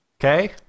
okay